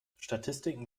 statistiken